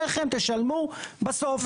שניכם תשלמו בסוף.